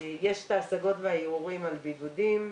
יש את ההשגות והערעורים על בידודים,